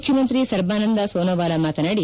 ಮುಖ್ಯಮಂತ್ರಿ ಸರ್ಬಾನಂದ ಸೋನೋವಾಲಾ ಮಾತನಾಡಿ